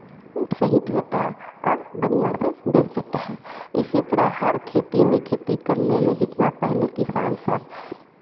सहीट देता है और बनिया से बेच देता है इसी तरह हर खेती में खेती करने में जितना पहले किसान सब